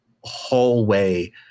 hallway